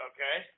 Okay